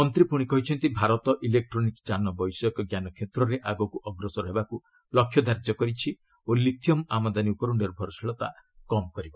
ମନ୍ତ୍ରୀ ପୁଣି କହିଛନ୍ତି ଭାରତ ଇଲେକ୍ଟ୍ରୋନିକ୍ ଯାନ ବୈଷୟିକ ଜ୍ଞାନ କ୍ଷେତ୍ରରେ ଆଗକୁ ଅଗ୍ରସର ହେବାକୁ ଲକ୍ଷ୍ୟ ଧାର୍ଯ୍ୟ କରିଛି ଓ ଲିଥିୟମ୍ ଆମଦାନୀ ଉପରୁ ନିର୍ଭରଶୀଳତା କମ୍ କରାଯିବ